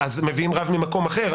מביאים רב ממקום אחר,